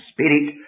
Spirit